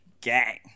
Gang